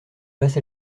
basse